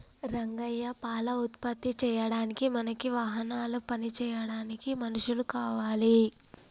రంగయ్య పాల ఉత్పత్తి చేయడానికి మనకి వాహనాలు పని చేయడానికి మనుషులు కావాలి